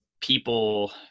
people